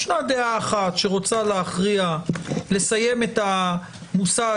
ישנה דעה אחת שרוצה להכריע לסיים את המושג,